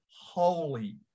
holy